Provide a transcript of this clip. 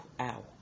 ow